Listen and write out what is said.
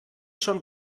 schon